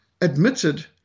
admitted